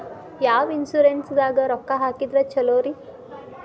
ಯಾವ ಇನ್ಶೂರೆನ್ಸ್ ದಾಗ ರೊಕ್ಕ ಹಾಕಿದ್ರ ಛಲೋರಿ?